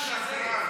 איזה שקרן.